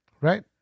Right